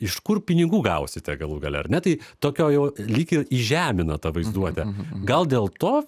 iš kur pinigų gausite galų gale ar ne tai tokio jau lyg ir įžemina ta vaizduotę gal dėl to